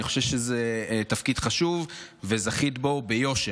אני חושב שזה תפקיד חשוב, וזכית בו ביושר.